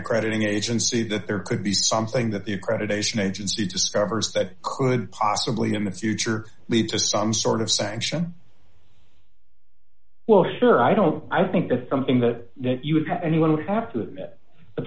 accrediting agency that there could be something that the accreditation agency discovers that could possibly in the future lead to some sort of sanction well sure i don't i think that's something that you would anyone would have to